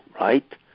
right